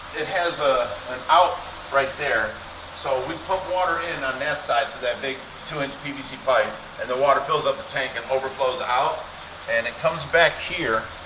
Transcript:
it has ah an out right there so we pump water in on that side to that big two inch pvc pipe and the water fills up the tank and overflows out and it comes back here.